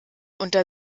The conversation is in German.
unter